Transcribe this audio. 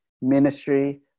ministry